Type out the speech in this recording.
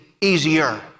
easier